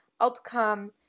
outcome